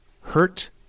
hurt